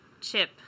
chip